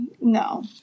no